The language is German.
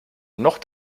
noch